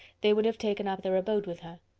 they would have taken up their abode with her.